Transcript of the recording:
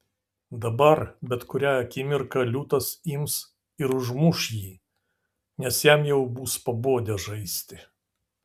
dabar bet kurią akimirką liūtas ims ir užmuš jį nes jam jau bus pabodę žaisti